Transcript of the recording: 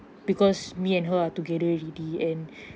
because me and her are together already and